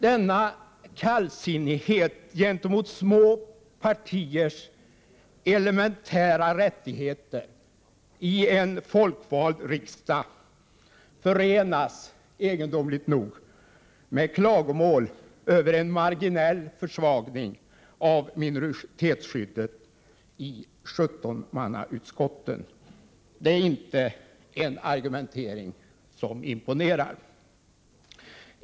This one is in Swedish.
Denna kallsinnighet gentemot små partiers elementära rättigheter i en folkvald riksdag förenas egendomligt nog med klagomål över en marginell försvagning av minoritetsskyddet som skulle bli följden av 17-mannautskotten. Det är inte en argumentering som imponerar.